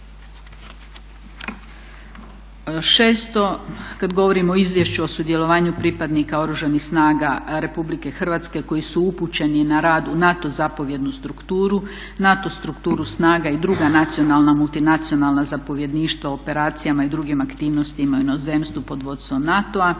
6, kad govorimo o Izvješću o sudjelovanju pripadnika Oružanih snaga Republike Hrvatske koji su upućeni na rad u NATO zapovjednu strukturu, NATO strukturu snaga i druga nacionalna, multinacionalna zapovjedništva u operacijama i drugim aktivnostima u inozemstvu pod vodstvom NATO-a.